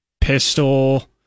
Pistol